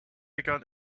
began